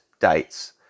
dates